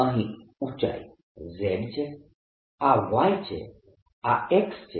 અહીં ઊચાઈ Z છે આ Y છે આ X છે